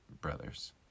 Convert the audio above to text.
Brothers